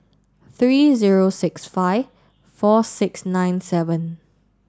three zero six five four six nine seven